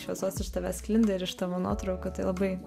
šviesos iš tavęs sklinda ir iš tavo nuotraukų tai labai